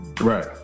Right